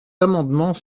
amendements